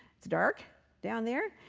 it's dark down there.